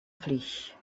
flix